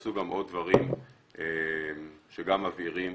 נעשו גם עוד דברים שגם מבהירים,